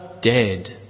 dead